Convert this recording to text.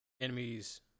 enemies